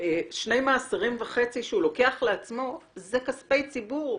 שני מעשרות וחצי שהוא לוקח לעצמו זה כספי ציבור.